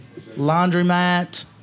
laundromat